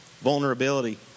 Vulnerability